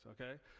okay